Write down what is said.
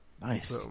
Nice